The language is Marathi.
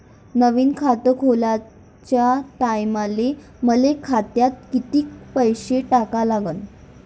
नवीन खात खोलाच्या टायमाले मले खात्यात कितीक पैसे टाका लागन?